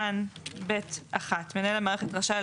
"(ב) (1) מנהל המערכת רשאי,